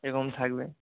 এরকম থাকবে